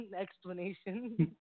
explanation